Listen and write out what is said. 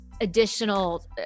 additional